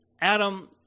Adam